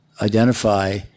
identify